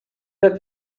that